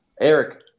Eric